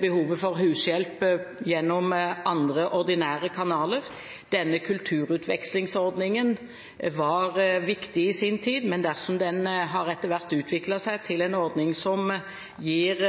behovet for hushjelp gjennom andre, ordinære kanaler. Denne kulturutvekslingsordningen var viktig i sin tid, men dersom den etter hvert har utviklet seg til en ordning som gir